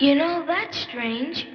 you know that strange